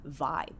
vibe